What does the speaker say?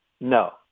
No